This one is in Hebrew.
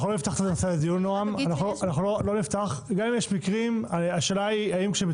אני רק אגיד שיש מקרים --- אנחנו לא נפתח את הנושא לדיון,